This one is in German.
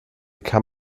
kann